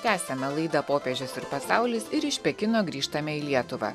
tęsiame laidą popiežius ir pasaulis ir iš pekino grįžtame į lietuvą